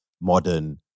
modern